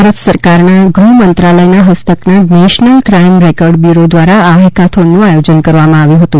ભારત સરકારના ગૃહ મંત્રાલય હસ્તકના નેશનલ ક્રાઇમ રેકર્ડ બ્યૂરો દ્વારા આ હેકાથોનનું આયોજન કરવામાં આવ્યું હતું